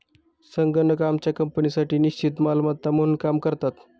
संगणक आमच्या कंपनीसाठी निश्चित मालमत्ता म्हणून काम करतात